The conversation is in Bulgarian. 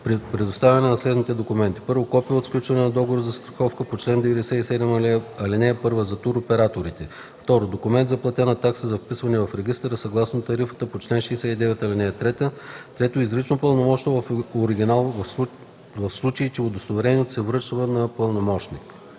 предоставяне на следните документи: 1. копие от сключения договор за застраховка по чл. 97, ал. 1 – за туроператорите; 2. документ за платена такса за вписване в регистъра, съгласно тарифата по чл. 69, ал. 3; 3. изрично пълномощно в оригинал, в случай че удостоверението се връчва на пълномощник.”